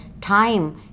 time